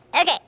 Okay